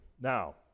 Now